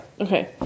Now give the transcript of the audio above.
Okay